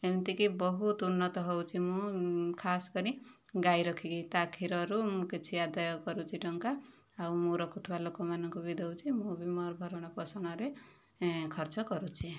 ଏମିତିକି ବହୁତ ଉନ୍ନତ ହେଉଛି ମୁଁ ଖାସ କରି ଗାଈ ରଖିକି ତା କ୍ଷୀରରୁ ମୁଁ କିଛି ଆଦାୟ କରୁଛି ଟଙ୍କା ଆଉ ମୁଁ ରଖୁଥିବା ଲୋକମାନଙ୍କୁ ବି ଦେଉଛି ମୁଁ ବି ମୋର ଭରଣ ପୋଷଣରେ ଖର୍ଚ୍ଚ କରୁଛି